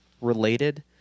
related